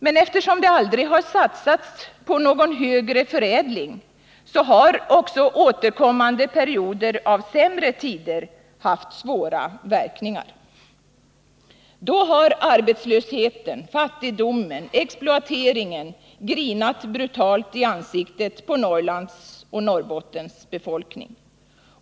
Men eftersom det aldrig har satsats på någon högre förädling har återkommande perioder av ”sämre tider” haft svåra verkningar. Då har arbetslösheten, fattigdomen, exploateringen grinat brutalt i ansiktet på Norrlands och Norrbottens befolkning.